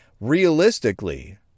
Realistically